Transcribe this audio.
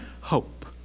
hope